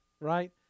right